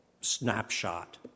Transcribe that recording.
snapshot